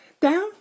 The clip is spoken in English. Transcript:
Down